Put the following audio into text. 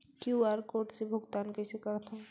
QR code से भुगतान कइसे करथव?